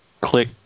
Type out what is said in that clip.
click